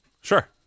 Sure